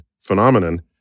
phenomenon